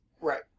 Right